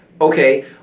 Okay